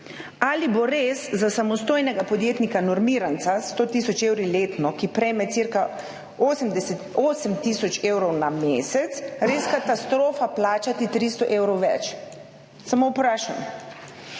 Ali bo za samostojnega podjetnika normiranca s 100 tisoč evri letno, ki prejme cirka 8 tisoč evrov na mesec, res katastrofa plačati 300 evrov več? Samo vprašam.